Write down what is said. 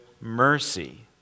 mercy